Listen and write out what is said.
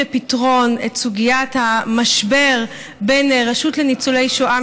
לפתרון את סוגיית המשבר בין הרשות לניצולי שואה,